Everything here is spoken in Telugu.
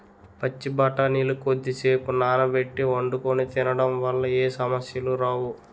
పచ్చి బఠానీలు కొద్దిసేపు నానబెట్టి వండుకొని తినడం వల్ల ఏ సమస్యలు రావు